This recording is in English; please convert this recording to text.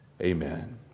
Amen